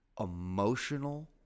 Emotional